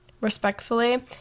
respectfully